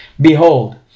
Behold